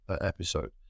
episode